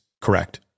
correct